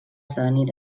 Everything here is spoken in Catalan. esdevenir